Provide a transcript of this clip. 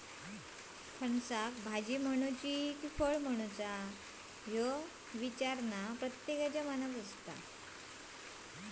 फणसाक भाजी म्हणायची कि फळ म्हणायचा ह्यो संभ्रम प्रत्येकाच्या मनात असता